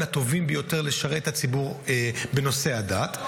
הטובים ביותר לשרת את הציבור בנושא הדת,